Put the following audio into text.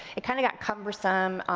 it kind of got cumbersome,